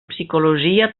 psicologia